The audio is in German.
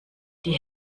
die